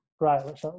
right